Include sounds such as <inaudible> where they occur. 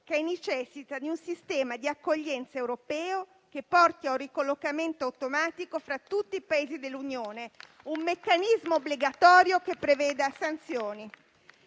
che necessita di un sistema di accoglienza europeo che porti ad un ricollocamento automatico fra tutti i Paesi dell'Unione. <applause> Un meccanismo obbligatorio che preveda sanzioni.